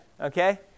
Okay